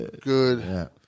good